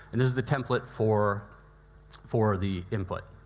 and this is the template for for the input.